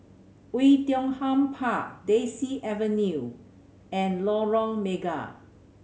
Oei Tiong Ham Park Daisy Avenue and Lorong Mega